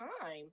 time